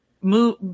move